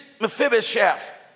mephibosheth